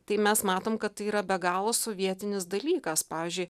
tai mes matom kad tai yra be galo sovietinis dalykas pavyzdžiui